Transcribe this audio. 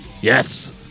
yes